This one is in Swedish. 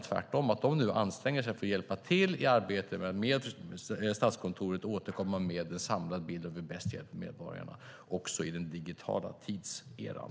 Tvärtom anstränger de sig för att hjälpa till i Statskontorets arbete att återkomma med en samlad bild av hur vi bäst hjälper medborgarna också i den digitala tidseran.